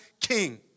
King